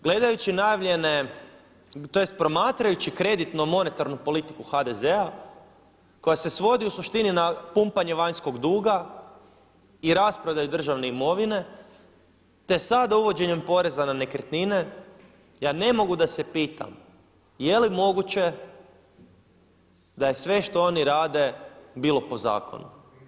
Gledajući najavljene, tj. promatrajući kreditno monetarnu politiku HDZ-a koja se svodi u suštini na pumpanje vanjskog duga i rasprodaju državne imovine te sada uvođenjem poreza na nekretnine, ja ne mogu da se pitam je li moguće da je sve što oni rade bilo po zakonu.